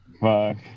fuck